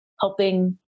helping